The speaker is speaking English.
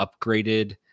upgraded